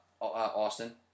Austin